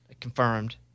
confirmed